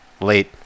late